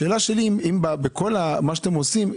השאלה שלי: בכל מה שאתם עושים,